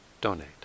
donate